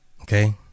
Okay